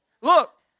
Look